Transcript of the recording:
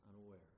unaware